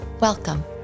Welcome